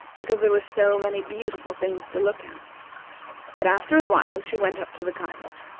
because there were so many beautiful things to look at but after a while she went up to the cottage,